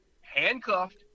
handcuffed